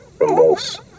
remorse